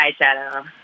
eyeshadow